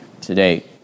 today